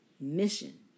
mission